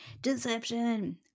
Deception